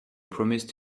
promised